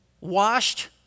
Washed